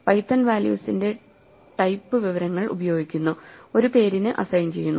Python വാല്യൂസിന്റെ type വിവരങ്ങൾ ഉപയോഗിക്കുന്നു ഒരു പേരിന് അസൈൻ ചെയ്യുന്നു